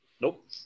Nope